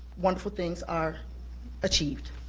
wonderful things are achieved.